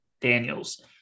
Daniels